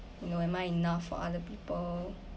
you know am I enough for other people